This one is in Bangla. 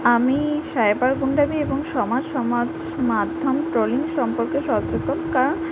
আমি সাইবার গুন্ডামি এবং সমাজ মাধ্যম ট্রোলিং সম্পর্কে সচেতন কারণ